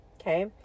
okay